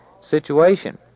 situation